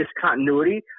discontinuity